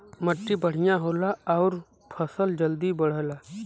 मट्टी बढ़िया होला आउर फसल जल्दी बढ़ला